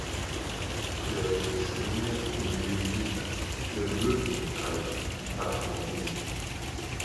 priešgaisrinė užlipdyta čia ir durniui aišku rašo mokinys